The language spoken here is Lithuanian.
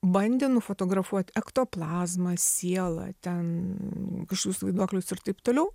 bandė nufotografuot ektoplazmą sielą ten kažkokius vaiduoklius ir taip toliau